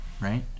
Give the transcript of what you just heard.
right